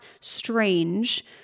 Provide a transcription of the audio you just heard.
strange